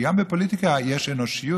כי גם בפוליטיקה יש אנושיות,